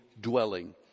dwelling